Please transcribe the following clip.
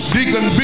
Deacon